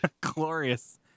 glorious